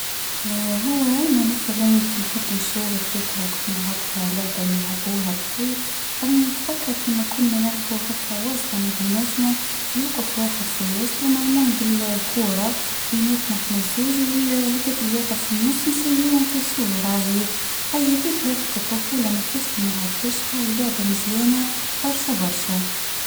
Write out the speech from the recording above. ايه هو هنا مثلاً كن نحب نشارك ذكرى كنا نلعبها لعبه نلعبوها بكري رني نتفكر كيما كنا نلعب هكا وأصله بيناتنا. يوقف واحد في الوسط ونرموه بالكوره بينتنا نحن الزوج واالهديك إللي واقف في النص نسريهم كالصوره أي هديك لعبه الطفوله مكشلي ملعبهاش اي لعبه مزيانه برشا برشا.